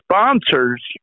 sponsors